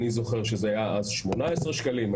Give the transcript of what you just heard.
אני זוכר שזה היה אז שמונה עשר שקלים,